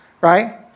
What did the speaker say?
right